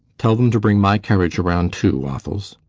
tell them to bring my carriage around too, waffles.